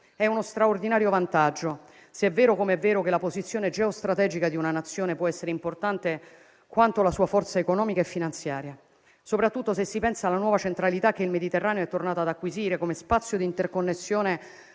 È uno straordinario vantaggio, se è vero, come è vero, che la posizione geostrategica di una Nazione può essere importante quanto la sua forza economica e finanziaria, soprattutto se si pensa alla nuova centralità che il Mediterraneo è tornato ad acquisire come spazio di interconnessione